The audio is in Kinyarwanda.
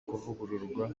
kuvugururwa